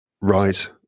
right